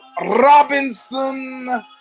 Robinson